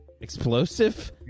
Explosive